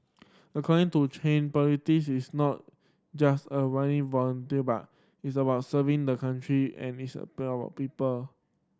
according to Chan politics is not just a winning vote but its about serving the country and its people